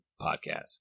podcast